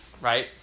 right